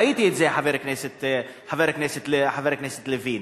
ראיתי את זה, חבר הכנסת לוין.